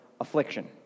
affliction